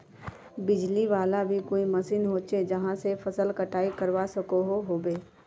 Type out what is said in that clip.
बिजली वाला भी कोई मशीन होचे जहा से फसल कटाई करवा सकोहो होबे?